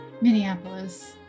Minneapolis